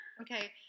okay